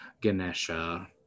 Ganesha